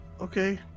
okay